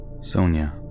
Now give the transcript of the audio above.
Sonia